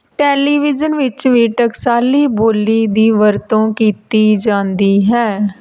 television ਵਿੱਚ ਵੀ ਟਕਸਾਲੀ ਬੋਲੀ ਦੀ ਵਰਤੋਂ ਕੀਤੀ ਜਾਂਦੀ ਹੈ